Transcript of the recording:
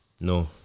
No